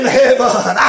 heaven